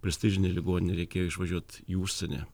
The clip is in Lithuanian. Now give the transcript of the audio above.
prestižinėj ligoninėj reikėjo išvažiuot į užsienį